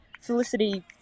Felicity –